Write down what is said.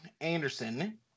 Anderson